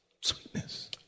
sweetness